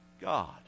God